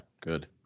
good